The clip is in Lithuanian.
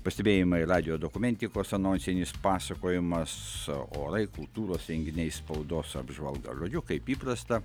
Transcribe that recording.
pastebėjimai radijo dokumentikos anonsinis pasakojimas orai kultūros renginiai spaudos apžvalga žodžiu kaip įprasta